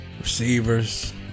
receivers